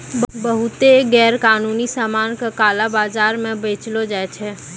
बहुते गैरकानूनी सामान का काला बाजार म बेचलो जाय छै